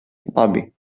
labi